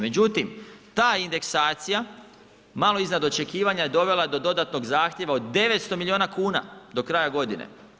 Međutim, ta indeksacija malo iznad očekivanja je dovela do dodatnog zahtjeva od 900 milijuna kuna do kraja godine.